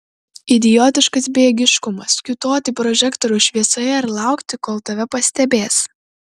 idiotiškas bejėgiškumas kiūtoti prožektoriaus šviesoje ir laukti kol tave pastebės